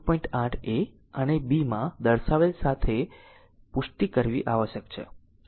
8 a અને b માં બતાવેલ સાથે પુષ્ટિ કરવી આવશ્યક છે